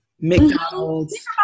mcdonald's